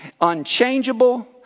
unchangeable